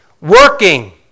working